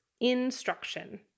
Instruction